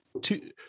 two